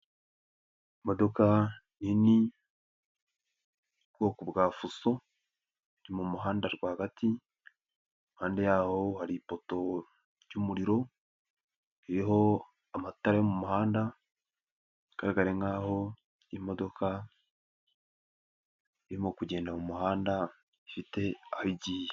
Imodoka nini yo mu bwoko bwa Fusso, iri mu muhanda rwagati, impande y'aho hari ipoto ry'umuriro iriho amatara yo mu muhanda, bigaragara nk'aho iyi modoka irimo kugenda mu muhanda ifite aho igiye.